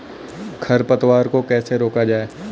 खरपतवार को कैसे रोका जाए?